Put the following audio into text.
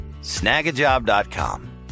snagajob.com